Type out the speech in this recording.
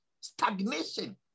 stagnation